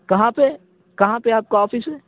کہاں پہ کہاں پہ آپ کا آفس ہے